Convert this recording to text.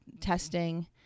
testing